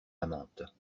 amante